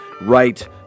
right